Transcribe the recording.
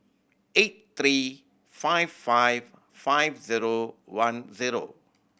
eight three five five five zero one zero